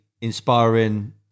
inspiring